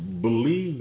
believe